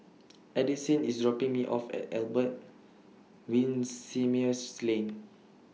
Addisyn IS dropping Me off At Albert Winsemius Lane